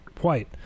white